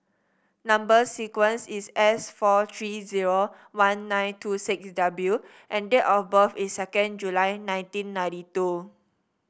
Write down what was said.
number sequence is S four three zero one nine two six W and date of birth is second July nineteen ninety two